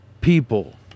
people